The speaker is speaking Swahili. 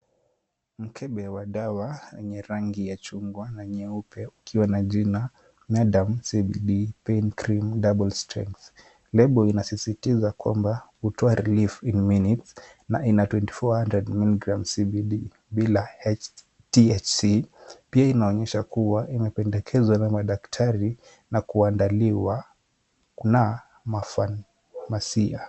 Mkebe wa dawa wenye rangi ya chungwa na nyeupe ukiwa na jina Myderm CBD pain cream double strength. Label inasisitiza kwamba hutoa relief in minutes na ina twenty-four hundred miligrams CBD bila HTHC pia inaonyesha kuwa inapendekezwa na madaktari na kuandaliwa na Masiya.